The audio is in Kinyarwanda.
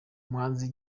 umuhanzi